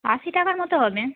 আশি টাকার মতো হবে